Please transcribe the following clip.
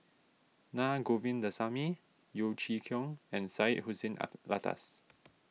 Na Govindasamy Yeo Chee Kiong and Syed Hussein Alatas